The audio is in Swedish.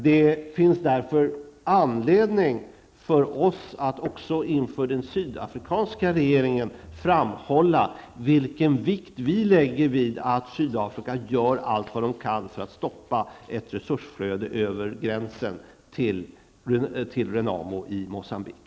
Det finns därför anledning för oss att också inför den sydafrikanska regeringen framhålla vilken vikt vi lägger vid att Sydafrika gör allt vad man kan för att stoppa ett resursflöde över gränsen till Renamo i Moçambique.